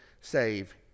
save